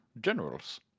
generals